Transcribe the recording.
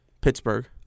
Pittsburgh